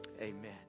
Amen